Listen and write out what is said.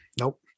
Nope